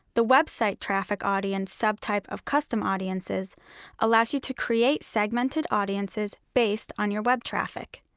the website traffic audience subtype of custom audiences allows you to create segmented audiences based on your web traffic.